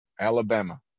Alabama